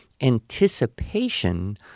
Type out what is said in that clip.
anticipation